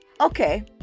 okay